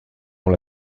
dans